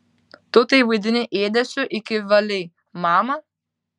tu tai vadini ėdesiu iki valiai mama